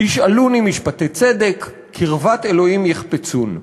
ישאלוני משפטי צדק קרבת ה' יחפצון".